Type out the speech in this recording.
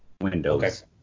Windows